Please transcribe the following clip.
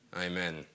Amen